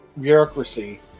bureaucracy